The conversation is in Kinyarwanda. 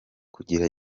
kugira